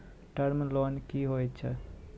Term loan कि होय छै?